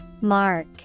Mark